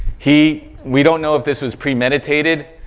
he, we don't know if this was premeditated,